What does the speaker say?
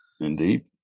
Indeed